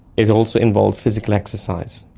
it also involves physical exercise.